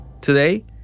Today